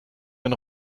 den